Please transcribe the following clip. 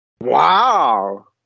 Wow